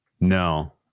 no